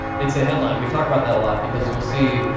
it's a headline. we talk about that a lot because you'll see,